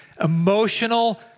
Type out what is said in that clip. emotional